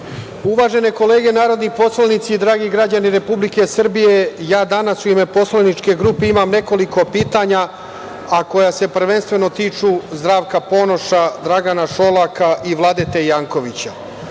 kolege narodni poslanici, dragi građani Republike Srbije, danas u ime poslaničke grupe imam nekoliko pitanja, a koja se prvenstveno tiču Zdravka Ponoša, Dragana Šolaka i Vladete Jankovića.